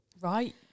right